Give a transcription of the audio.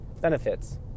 benefits